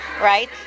right